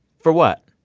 for what?